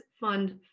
fund